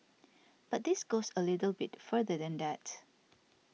but this goes a little bit further than that